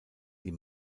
die